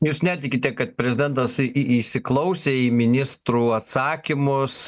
jūs netikite kad prezidentas į į įsiklausė į ministrų atsakymus